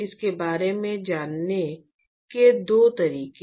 इसके बारे में जाने के दो तरीके हैं